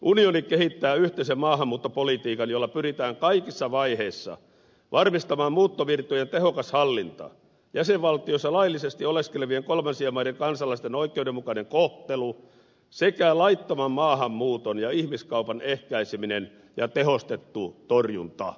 unioni kehittää yhteisen maahanmuuttopolitiikan jolla pyritään kaikissa vaiheissa varmistamaan muuttovirtojen tehokas hallinta jäsenvaltioissa laillisesti oleskelevien kolmansien maiden kansalaisten oikeudenmukainen kohtelu sekä laittoman maahanmuuton ja ihmiskaupan ehkäiseminen ja tehostettu torjunta